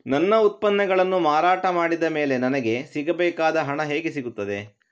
ನನ್ನ ಉತ್ಪನ್ನಗಳನ್ನು ಮಾರಾಟ ಮಾಡಿದ ಮೇಲೆ ನನಗೆ ಸಿಗಬೇಕಾದ ಹಣ ಹೇಗೆ ಸಿಗುತ್ತದೆ?